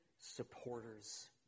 supporters